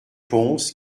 pons